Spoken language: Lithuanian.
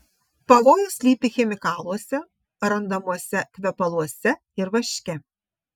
pavojus slypi chemikaluose randamuose kvepaluose ir vaške